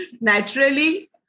naturally